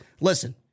listen